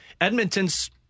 Edmonton's